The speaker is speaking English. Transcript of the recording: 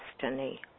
destiny